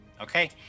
Okay